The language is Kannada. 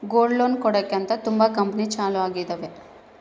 ಗೋಲ್ಡ್ ಲೋನ್ ಕೊಡಕ್ಕೆ ಅಂತ ತುಂಬಾ ಕಂಪೆನಿ ಚಾಲೂ ಆಗಿದಾವ